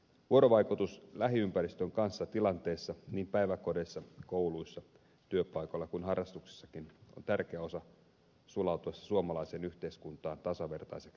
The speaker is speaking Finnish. vuorovaikutus lähiympäristön kanssa eri tilanteissa niin päiväkodeissa kouluissa työpaikoilla kuin harrastuksissakin on tärkeä osa sulauduttaessa suomalaiseen yhteiskuntaan tasavertaiseksi jäseneksi